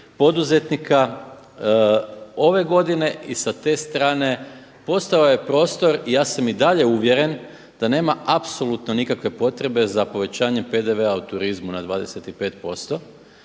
poduzetnika ove godine. I sa te strane postojao je prostor i ja sam i dalje uvjeren da nema apsolutno nikakve potrebe za povećanjem PDV-a u turizmu na 25%.